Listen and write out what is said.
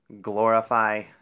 glorify